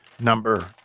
number